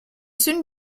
soon